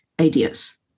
ideas